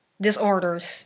disorders